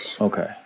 Okay